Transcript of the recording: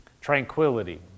tranquility